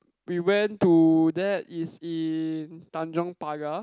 we went to that is in Tanjong-Pagar